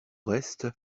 reste